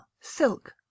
Silk